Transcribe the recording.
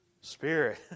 spirit